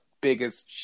biggest